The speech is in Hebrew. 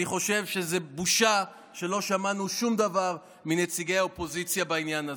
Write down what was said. אני חושב שזאת בושה שלא שמענו שום דבר מנציגי האופוזיציה בעניין הזה.